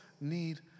need